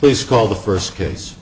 it's called the first case